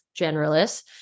generalists